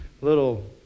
little